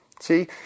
See